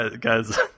Guys